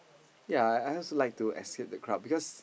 yea I I also like to escape the crowd because